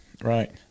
Right